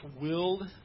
willed